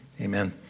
Amen